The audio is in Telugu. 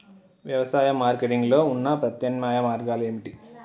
వ్యవసాయ మార్కెటింగ్ లో ఉన్న ప్రత్యామ్నాయ మార్గాలు ఏమిటి?